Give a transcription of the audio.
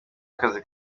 akazi